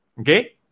Okay